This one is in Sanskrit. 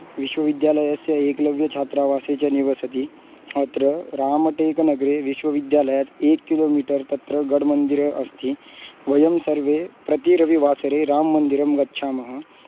विश्वविद्यालयस्य एकलव्यछात्रावासे च निवसति अत्र रामटेकनगरे विश्वविद्यालयात् एकं किलोमीटर् तत्र गड्मन्दिरम् अस्ति वयं सर्वे प्रतिरविवासरे राममन्दिरं गच्छामः